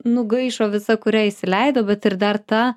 nugaišo visa kurią įsileido bet ir dar tą